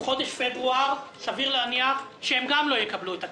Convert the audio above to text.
בחודש פברואר סביר להניח שהן גם לא יקבלו את הכסף.